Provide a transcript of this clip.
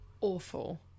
awful